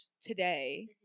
today